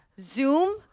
Zoom